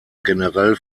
generell